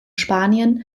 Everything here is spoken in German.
spanien